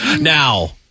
Now